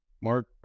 Mark